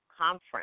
conference